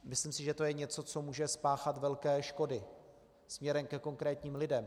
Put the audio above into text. Myslím si, že to je něco, co může spáchat velké škody směrem ke konkrétním lidem.